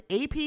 AP